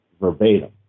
verbatim